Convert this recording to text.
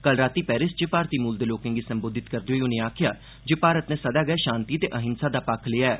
कल राती पेरिस च भारतीय मूल दे लोकें गी संबोधित करदे होई उनें आक्खेआ जे भारत नै सदा गै शांति ते अहिंसा दा पक्ख लेआ ऐ